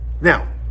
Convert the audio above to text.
Now